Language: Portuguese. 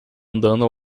andando